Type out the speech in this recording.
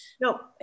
No